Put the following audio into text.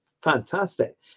Fantastic